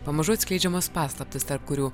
pamažu atskleidžiamos paslaptys tarp kurių